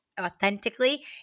authentically